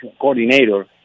coordinator